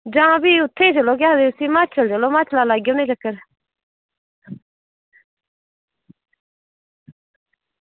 जां फ्ही उत्थें चलो केह् आखदे उस्सी हिमाचल चलो हिमाचला दा लाई औने चक्कर